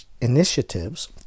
initiatives